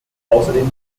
außerdem